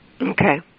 Okay